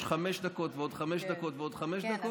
חמש דקות ועוד חמש דקות ועוד חמש דקות,